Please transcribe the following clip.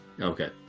Okay